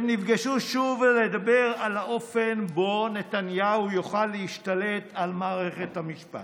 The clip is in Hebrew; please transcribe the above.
הם נפגשו שוב לדבר על האופן שבו נתניהו יוכל להשתלט על מערכת המשפט,